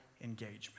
engagement